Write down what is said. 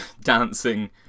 dancing